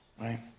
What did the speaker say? right